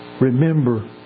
remember